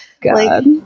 god